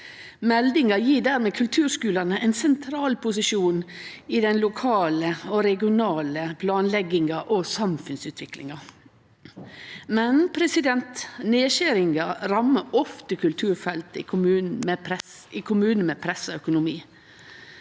Meldinga gjev dermed kulturskulane ein sentral posisjon i den lokale og regionale planlegginga og samfunnsutviklinga. Men nedskjeringar rammar ofte kulturfeltet i kommunar med pressa økonomi,